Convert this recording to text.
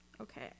Okay